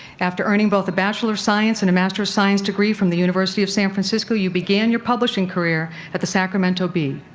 after earning both a bachelor of science and a master of science degree from the university of san francisco, you began your publishing career at the sacramento bee.